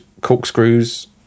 corkscrews